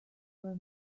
were